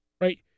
right